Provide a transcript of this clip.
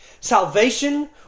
Salvation